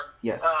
Yes